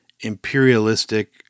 imperialistic